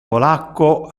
polacco